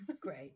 Great